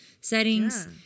settings